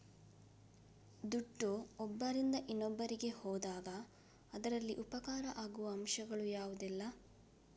ದುಡ್ಡು ಒಬ್ಬರಿಂದ ಇನ್ನೊಬ್ಬರಿಗೆ ಹೋದಾಗ ಅದರಲ್ಲಿ ಉಪಕಾರ ಆಗುವ ಅಂಶಗಳು ಯಾವುದೆಲ್ಲ?